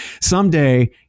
someday